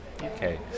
Okay